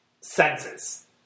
senses